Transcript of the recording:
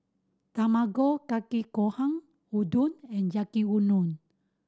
Tamago Kake Gohan Udon and Yaki Udon